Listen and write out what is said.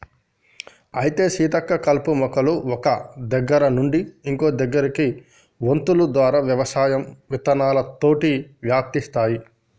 అయితే సీతక్క కలుపు మొక్కలు ఒక్క దగ్గర నుండి ఇంకో దగ్గరకి వొంతులు ద్వారా వ్యవసాయం విత్తనాలతోటి వ్యాపిస్తాయి